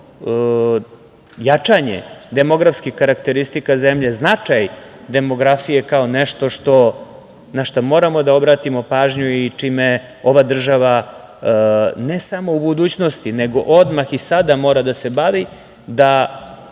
jačanje demografskih karakteristika zemlje, značaj demografije kao nešto na šta moramo da obratimo pažnju i čime ova država ne samo u budućnosti, nego odmah i sada mora da se bavi, da